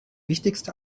wichtigste